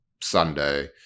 sunday